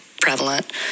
prevalent